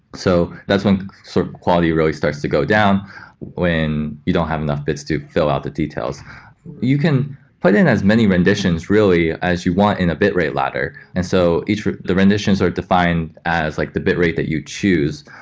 so that's one sort of quality really starts to go down when you don't have enough bits to fill out the details you can put in as many renditions really as you want in a bitrate ladder. and so the renditions are defined as like the bitrate that you choose,